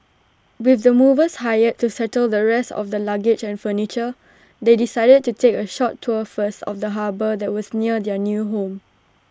with the movers hired to settle the rest of their luggage and furniture they decided to take A short tour first of the harbour that was near their new home